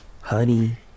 honey